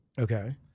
Okay